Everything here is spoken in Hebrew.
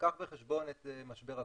לקח בחשבון את משבר הקורונה,